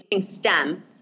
STEM